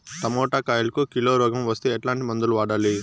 Tomato కాయలకు కిలో రోగం వస్తే ఎట్లాంటి మందులు వాడాలి?